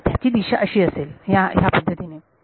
तर त्याची दिशा अशी असेल ह्या ह्या पद्धतीने